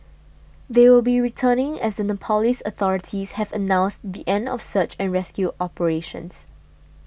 they will be returning as the Nepalese authorities have announced the end of search and rescue operations